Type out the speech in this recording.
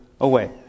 away